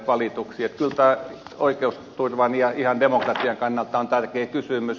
kyllä tämä oikeusturvan ja ihan demokratian kannalta on tärkeä kysymys